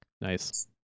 Nice